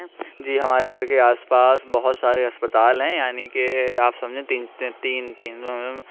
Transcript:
جی ہمارے گھر کے آس پاس بہت سارے اسپتال ہیں یعنی کہ آپ سمجھیں تین تین